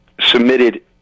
submitted